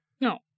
No